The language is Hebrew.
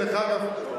דרך אגב,